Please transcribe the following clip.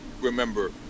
remember